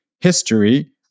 history